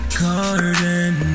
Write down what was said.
garden